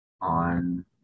on